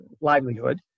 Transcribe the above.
livelihood